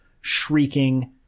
shrieking